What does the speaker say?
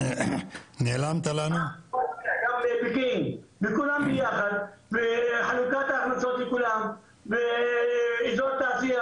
גם בפקיעין וכולם ביחד וחלוקת ההכנסות לכולם ואזור תעשייה